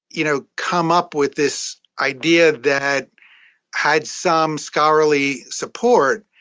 you know, come up with this idea that had some scholarly support,